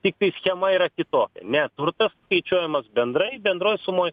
tiktai schema yra kitokia ne turtas skaičiuojamos bendrai bendroj sumoj